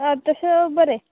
आं तशें बरें